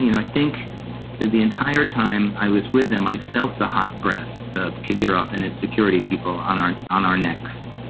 you know i think that the entire time i was with them, i felt the hot breath. khidir off and his security people on our on our necks.